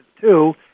two